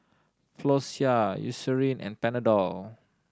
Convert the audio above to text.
Floxia Eucerin and Panadol